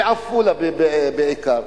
בעפולה בעיקר.